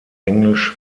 englisch